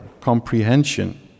comprehension